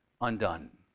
undone